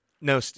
No